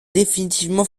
définitivement